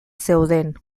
zeuden